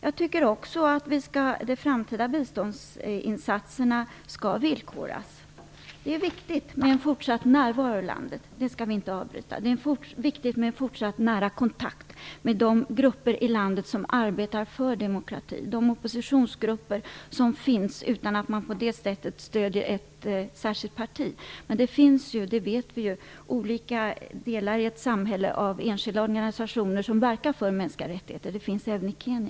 Jag tycker också att de framtida biståndsinsatserna skall villkoras. Det är viktigt med en fortsatt närvaro i landet. Den skall vi inte avbryta. Det är viktigt med en fortsatt nära kontakt med de grupper i landet som arbetar för demokrati, med de oppositionsgrupper som finns, utan att stödja ett särskilt parti. Vi vet ju att det finns enskilda organisationer som verkar för de mänskliga rättigheterna. De finns även i Kenya.